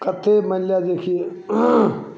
कतेक मानि लिअ जेकि